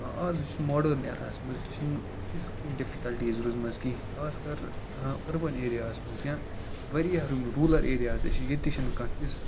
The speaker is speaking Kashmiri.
آز یُس ماڈٲرٕن ایریاہَس منٛز چھِنہٕ تِژھ کِنۍ ڈِفِکَلٹیٖز روٗزمٕژ کِہیٖنۍ خاص کَر أربَن ایریاہَس منٛز یا واریاہ رُ روٗلَر ایریاز تہِ چھِ ییٚتہِ چھِنہٕ کانٛہہ تِژھ